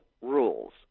rules